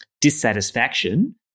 dissatisfaction